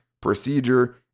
procedure